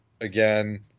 again